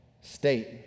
state